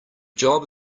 job